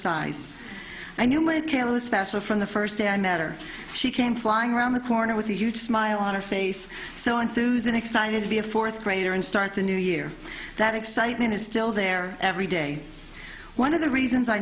special from the first day i met her she came flying around the corner with a huge smile on her face so and susan excited to be a fourth grader and start the new year that excitement is still there every day one of the reasons i